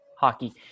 hockey